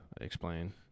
explain